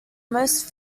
most